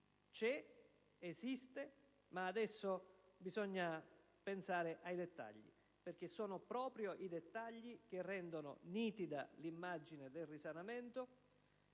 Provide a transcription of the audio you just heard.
c'è, esiste, ma adesso bisogna pensare ai dettagli, perché sono proprio i dettagli che rendono nitida l'immagine del risanamento